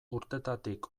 urtetatik